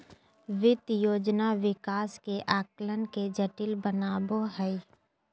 वित्त योजना विकास के आकलन के जटिल बनबो हइ